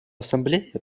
ассамблея